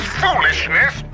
foolishness